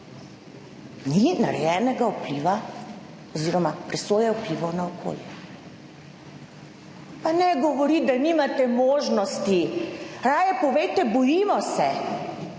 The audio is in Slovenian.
ni narejenega vpliva oziroma presoje vplivov na okolje, pa ne govoriti, da nimate možnosti, raje povejte. Bojimo se,